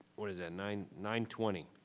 what is that nine, nine twenty,